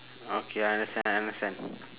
okay I understand understand